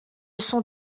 sont